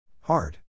Hard